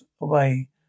away